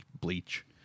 bleach